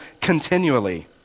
continually